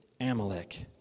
Amalek